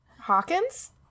Hawkins